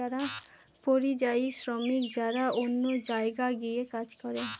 পরিযায়ী শ্রমিক যারা অন্য জায়গায় গিয়ে কাজ করে